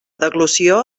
deglució